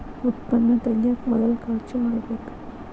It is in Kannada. ಉತ್ಪನ್ನಾ ತಗಿಯಾಕ ಮೊದಲ ಖರ್ಚು ಮಾಡಬೇಕ